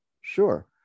sure